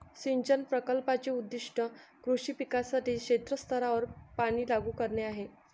सिंचन प्रकल्पाचे उद्दीष्ट कृषी पिकांसाठी क्षेत्र स्तरावर पाणी लागू करणे आहे